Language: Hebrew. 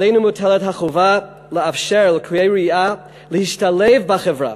עלינו מוטלת החובה לאפשר ללקויי ראייה להשתלב בחברה